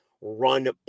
run